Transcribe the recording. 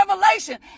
revelation